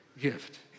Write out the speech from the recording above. gift